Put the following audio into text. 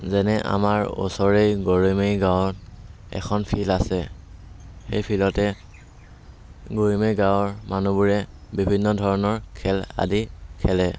যেনে আমাৰ ওচৰেই গৰৈমাৰী গাঁৱত এখন ফিল্ড আছে সেই ফিল্ডতে গৰৈমাৰী গাঁৱৰ মানুহবোৰে বিভিন্ন ধৰণৰ খেল আদি খেলে